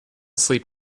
sleep